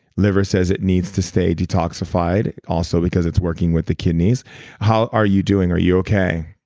liver says it needs to stay detoxified, also because it's working with the kidneys how are you doing? are you okay?